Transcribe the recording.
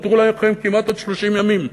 נותרו לכם כמעט עוד 30 ימים.